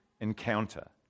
encounter